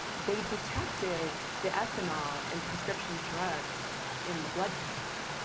they detected the ethanol and prescription drugs in the blood tests,